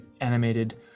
animated